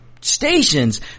stations